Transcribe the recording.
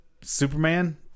Superman